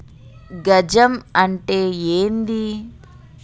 గజం అంటే ఏంది?